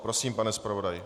Prosím, pane zpravodaji.